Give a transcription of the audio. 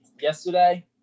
Yesterday